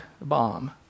bomb